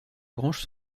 branches